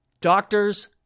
Doctors